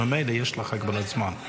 ממילא יש לך הגבלת זמן.